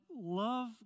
love